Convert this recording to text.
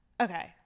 Okay